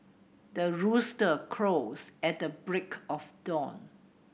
the rooster crows at the break of dawn